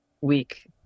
week